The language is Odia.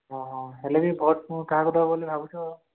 ହଁ ହଁ ହେଲେ ବି ବହୁତ ମୁଁ କାହାକୁ ଦେବ ବୋଲି ଭାବୁଛ